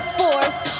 force